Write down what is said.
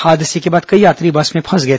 हादसे के बाद कई यात्री बस में फंस गए